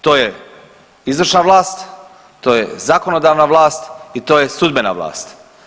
To je izvršna vlast, to je zakonodavna vlast i to sudbena vlast.